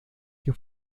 que